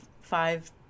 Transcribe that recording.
five